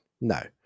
No